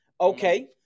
Okay